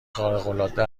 خارقالعاده